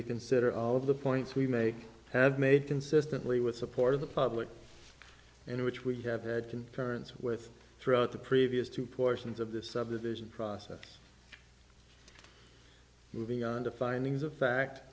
to consider all of the points we may have made consistently with support of the public and which we have had to turns with throughout the previous two portions of this subdivision process moving on to findings of fact